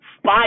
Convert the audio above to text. Spy